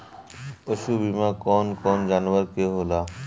पशु बीमा कौन कौन जानवर के होला?